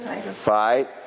fight